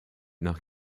nach